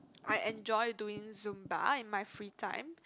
I enjoy doing Zumba in my free time